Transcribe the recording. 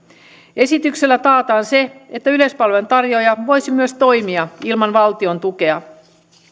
esityksellä taataan se että yleispalvelun tarjoaja voisi toimia myös ilman valtion tukea